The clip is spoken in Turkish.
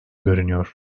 görünüyor